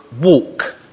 walk